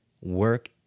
work